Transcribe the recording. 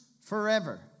forever